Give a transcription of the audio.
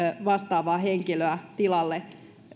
vastaavaa henkilöä tilalle